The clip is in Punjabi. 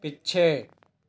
ਪਿੱਛੇ